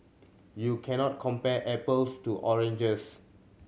you can not compare apples to oranges